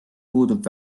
puudub